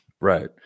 Right